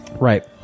Right